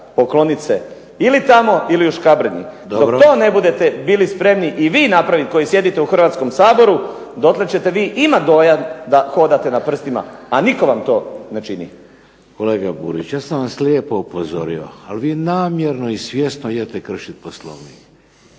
pokloniti se ili tamo ili u Škabrnji. Dok to ne budete bili spremni napraviti i vi koji sjedite u HRvatskom saboru, dotle ćete vi imati dojam da hodate na prstima, a nitko vam to ne čini. **Šeks, Vladimir (HDZ)** Kolega Burić, ja sam vas lijepo upozorio, a vi namjerno i svjesno idete kršiti Poslovnik,